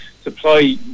supply